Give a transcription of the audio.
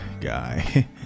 guy